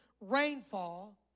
rainfall